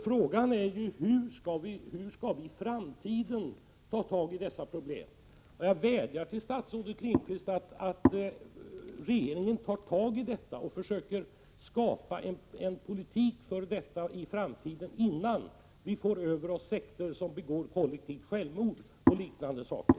Frågan är: Hur skall vi i framtiden ta tag i dessa problem? Jag vädjar till statsrådet Lindqvist att verka för att regeringen skapar en politik för att ta tag i detta i framtiden — innan vi får över oss sekter som begår kollektivt självmord och liknande saker.